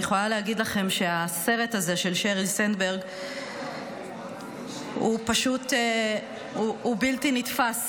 אני יכולה להגיד לכם שהסרט הזה של שריל סנדברג הוא בלתי נתפס